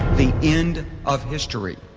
the end of history.